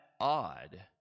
odd